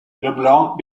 leblanc